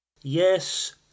YES